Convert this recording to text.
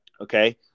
Okay